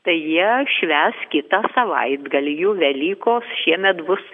tai jie švęs kitą savaitgalį jų velykos šiemet bus